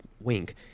wink